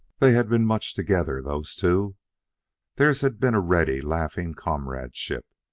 they had been much together, those two theirs had been a ready, laughing comradeship.